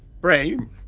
Brain